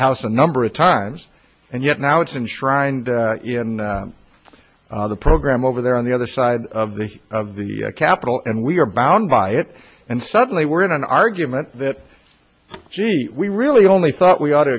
a number of times and yet now it's enshrined in the program over there on the other side of the of the capitol and we are bound by it and suddenly we're in an argument that gee we really only thought we ought to